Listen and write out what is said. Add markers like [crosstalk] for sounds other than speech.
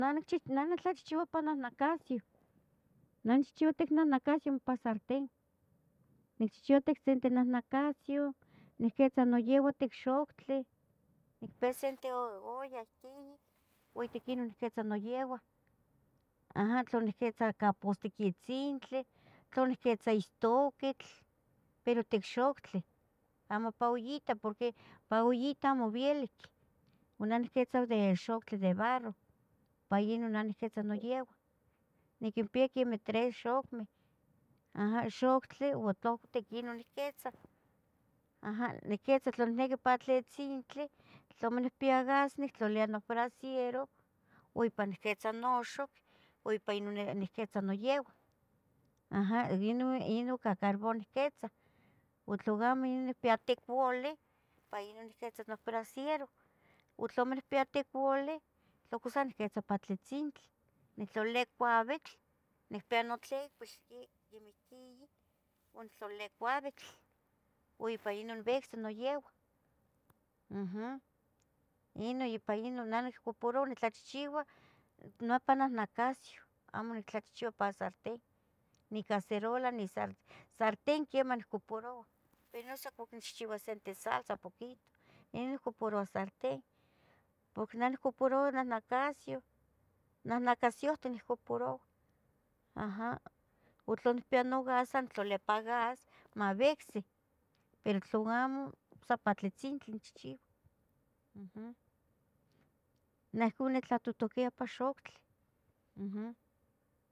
[hesitation] Nah nitlachihchiua ipan nacasyeh nah nichchihchiua ipan nacasieh ipan satepen. Nichihchiua sente nahnacasyoh niquitza noyeu ticxoctli, nicpeya sente olla ihquin uo iquin niquitza noyeyah, aja. Tla niquitza ca costic itzintli, tla niquitza istoquitl, pero tixoctlih, amo ipa ollita porque ipan ollita amo vielic uan neh niquitza de xoctli de barro ipa inon niquitza noyeu. Niquinpiya quemeh tres xocmeh aja, xoctli [hesitation] niquitza aja niquitza tlan niqui pa tli itzintli tlamo nicpiya gas nictlalia nopraciero uo ipa niquitza noxoc o ipan niquetza noyeu ajan inon ica carbon niquetza uo tlacamo nicpiya ticolih ica inon niquitza braciero, tlacamo nicpiya ticoli tla ohcon san nicquitza ipan tlitzintli nictlalia couitl nicpeya notlicuil quemeh ihquigui nictlaleya couitl ipan nictlalia noyeu, ipa victzi noyeu ajam. Inon ipa inon nicpohpoua in tlachihchiua nopan nahnacasyoh amo tlachihchiua ipan santén, nicacerora ni sartén, sartén quemah nocuparoua, ompa inchihchiua setesalsa poquito inon nocoparoua sarten. Neh nocoparoua nahnacasyoh, nahnacasqueh ocuparoua, ajam, uo tla nicpiya nogas san tlalia pan gas mavici, pero tla gamo ipan tlitzintli inchihchiva. Neh ohcon nitaltotopia pa xoctli. Ajam.